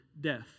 death